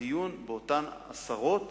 הדיון באותם עשרות